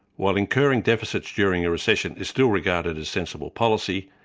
while incurring deficits during a recession is still regarded as sensible policy,